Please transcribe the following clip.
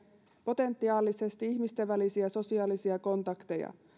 potentiaalisesti ihmisten välisiä sosiaalisia kontakteja